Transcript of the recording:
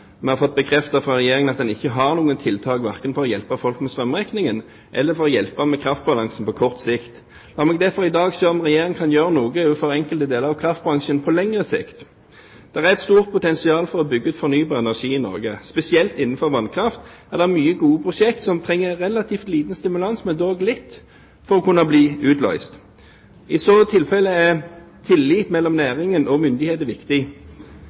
Vi har fått bekreftet fra Regjeringen at man ikke har noen tiltak, verken for å hjelpe folk med strømregningen eller for å hjelpe kraftbalansen på kort sikt. La meg derfor i dag se om Regjeringen kan gjøre noe for enkelte deler av kraftbransjen på lengre sikt. Det er et stort potensial for å bygge ut fornybar energi i Norge. Spesielt innenfor vannkraft er det mange gode prosjekter som trenger relativt liten stimulans, men dog litt, for å kunne bli utløst. I det tilfellet er tillit mellom næringen og myndighetene viktig.